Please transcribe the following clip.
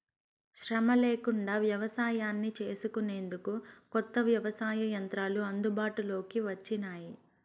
శ్రమ లేకుండా వ్యవసాయాన్ని చేసుకొనేందుకు కొత్త వ్యవసాయ యంత్రాలు అందుబాటులోకి వచ్చినాయి